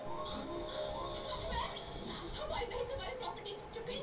पौधन के पतयी सीकुड़ जाला जवने रोग में वोके का कहल जाला?